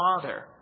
Father